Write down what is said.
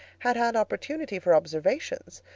had had opportunity for observations,